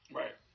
right